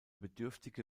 bedürftige